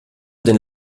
den